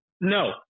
No